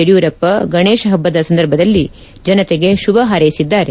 ಯಡಿಯೂರಪ್ಪ ಗಣೇಶ ಹಬ್ಬದ ಸಂದರ್ಭದಲ್ಲಿ ದೇಶದ ಜನತೆಗೆ ಶುಭ ಹಾರೈಸಿದ್ದಾರೆ